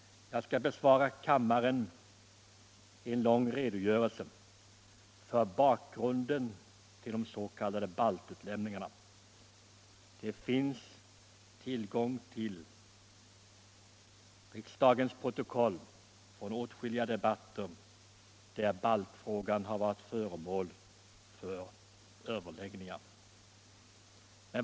Jag skall bespara kammaren en lång redogörelse för bakgrunden till den s.k. baltutlämningen. Uppgifter härom finns i protokollen från åtskilliga riksdagsdebatter, där baltfrågan har varit föremål för överläggningar.